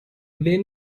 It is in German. wer